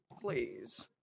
please